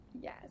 Yes